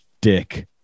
Dick